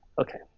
Okay